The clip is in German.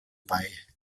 bei